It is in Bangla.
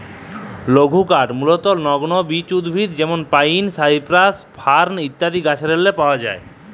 লঘুকাঠ মূলতঃ লগ্ল বিচ উদ্ভিদ যেমল পাইল, সাইপ্রাস, ফার ইত্যাদি গাহাচেরলে পাউয়া যায়